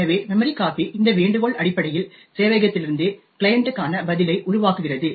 எனவே memcpy இந்த வேண்டுகோள் அடிப்படையில் சேவையகத்திலிருந்து கிளையண்டுக்கான பதிலை உருவாக்குகிறது